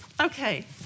okay